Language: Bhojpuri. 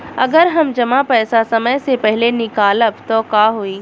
अगर हम जमा पैसा समय से पहिले निकालब त का होई?